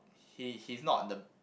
he he's not the